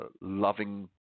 loving